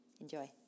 enjoy